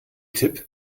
tipp